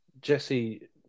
Jesse